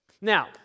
Now